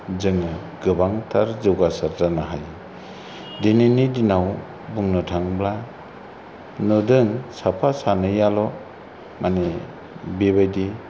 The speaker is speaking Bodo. जोङो गोबांथार जौगासार जानो हायो दिनैनि दिनाव बुंनो थाङोब्ला नुदों साफा सानैयाल' माने बेबायदि